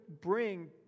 bring